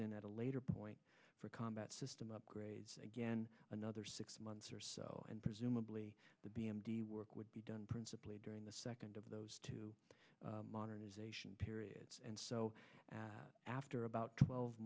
in at a later point for combat system upgrades again another six months or so and presumably the b m d work would be done principally during the second of those two modernization periods and so after about twelve